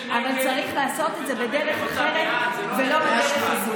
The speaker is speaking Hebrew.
אבל צריך לעשות את זה בדרך אחרת ולא בדרך הזו.